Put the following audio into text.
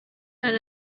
hari